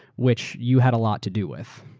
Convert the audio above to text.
which you had a lot to do with.